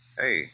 Hey